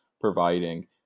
providing